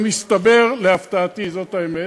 מסתבר, להפתעתי זאת האמת,